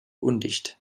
undicht